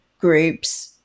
groups